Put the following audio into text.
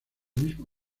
mismo